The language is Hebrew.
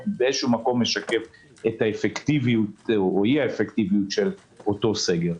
שבאיזשהו מקום משקף את האפקטיביות או אי האפקטיביות של אותו סגר.